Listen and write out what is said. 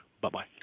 bye-bye